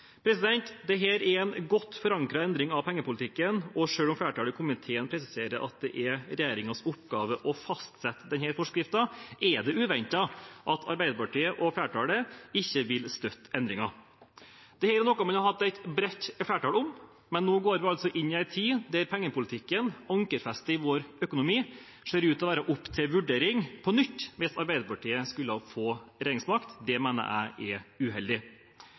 er en godt forankret endring av pengepolitikken, og selv om flertallet i komiteen presiserer at det er regjeringens oppgave å fastsette denne forskriften, er det uventet at Arbeiderpartiet og flertallet ikke vil støtte endringen. Dette er noe man har hatt et bredt flertall om, men nå går vi inn i en tid da pengepolitikken, ankerfestet i vår økonomi, ser ut til å være opp til vurdering på nytt hvis Arbeiderpartiet skulle få regjeringsmakt. Det mener jeg er uheldig.